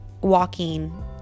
walking